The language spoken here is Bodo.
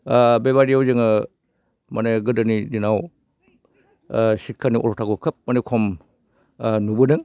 बेबायदियाव जोङो माने गोदोनि दिनाव शिक्षानि अर्थ'खौ खोब माने खम नुबोदों